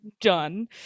done